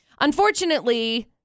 Unfortunately